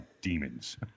demons